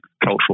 cultural